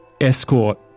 escort